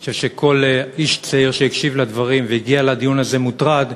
אני חושב שכל איש צעיר שהקשיב לדברים והגיע לדיון הזה מוטרד,